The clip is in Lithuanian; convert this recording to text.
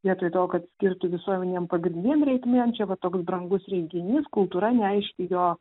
vietoj to kad skirtų visuomenėm pagrindinėm reikmėm čia va toks brangus renginys kultūra neaiški jo